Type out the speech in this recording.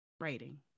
rating